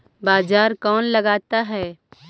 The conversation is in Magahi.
बाजार कौन लगाता है?